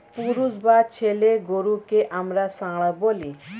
পুরুষ বা ছেলে গরুকে আমরা ষাঁড় বলি